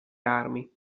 armi